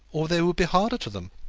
or they would be harder to them.